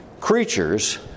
creatures